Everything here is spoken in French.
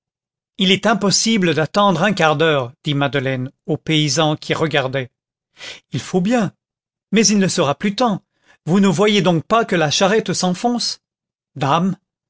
il est impossible d'attendre un quart d'heure dit madeleine aux paysans qui regardaient il faut bien mais il ne sera plus temps vous ne voyez donc pas que la charrette s'enfonce dame